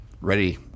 ready